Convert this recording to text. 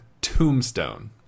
tombstone